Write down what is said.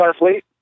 Starfleet